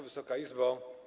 Wysoka Izbo!